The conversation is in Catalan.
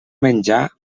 menjar